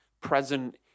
present